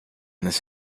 this